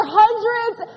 hundreds